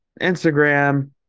Instagram